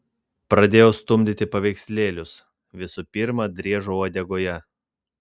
pradėjau stumdyti paveikslėlius visų pirma driežo uodegoje